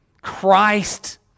Christ